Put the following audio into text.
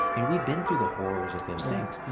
and we've been through the horrors of those things.